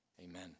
Amen